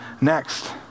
next